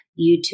YouTube